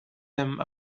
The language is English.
them